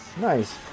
nice